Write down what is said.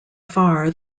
far